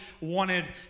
wanted